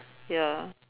ya